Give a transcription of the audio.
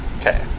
Okay